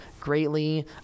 Greatly